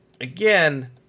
again